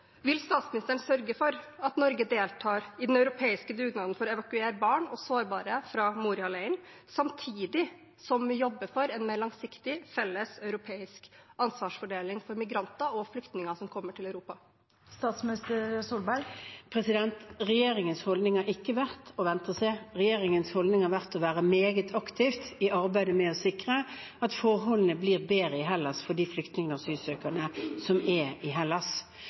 Vil statsministeren sørge for at Norge deltar i den europeiske dugnaden for å evakuere barn og sårbare fra Moria-leiren, samtidig som vi jobber for en mer langsiktig felles europeisk ansvarsfordeling for migranter og flyktninger som kommer til Europa? Regjeringens holdning har ikke vært å vente og se. Regjeringens holdning har vært å være meget aktiv i arbeidet med å sikre at forholdene blir bedre for de flyktningene og asylsøkerne som er i Hellas.